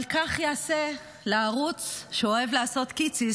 אבל כך יעשה לערוץ שאוהב לעשות "קיצי",